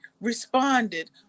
responded